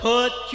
Put